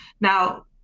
Now